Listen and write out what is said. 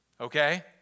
Okay